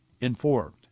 informed